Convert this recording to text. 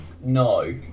No